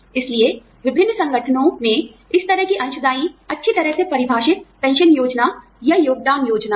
इसलिए विभिन्न संगठनों में इस तरह की अंशदायी अच्छी तरह से परिभाषित पेंशन योजना या योगदान योजना है